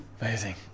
Amazing